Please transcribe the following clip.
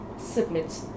submit